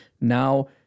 now